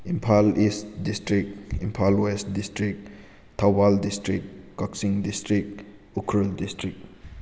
Imphal east district Imphal west district Thoubal district Kakching district Ukhrul district